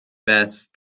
best